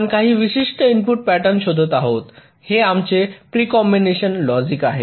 आपण काही विशिष्ट इनपुट प्याटर्न शोधत आहोत हे आमचे प्री कॉम्पिटेशन लॉजिक आहे